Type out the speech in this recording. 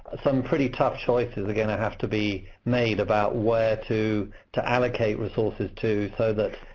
some pretty tough choices are going to have to be made about where to to allocate resources to, so that